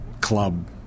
club